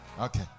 Okay